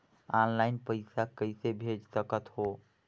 Online पइसा कइसे भेज सकत हो?